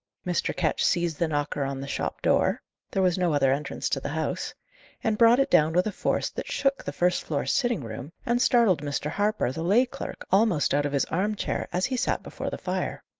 mr. ketch seized the knocker on the shop-door there was no other entrance to the house and brought it down with a force that shook the first-floor sitting-room, and startled mr. harper, the lay clerk, almost out of his armchair, as he sat before the fire.